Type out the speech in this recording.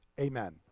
amen